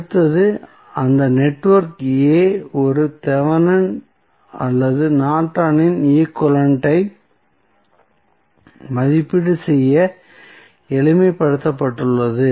அடுத்தது அந்த network A ஒரு தெவெனின் அல்லது நார்டனின் ஈக்வலன்ட் ஐ மதிப்பீடு செய்ய எளிமைப்படுத்தப்பட்டுள்ளது